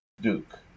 Duke